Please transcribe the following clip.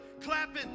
clapping